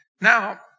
Now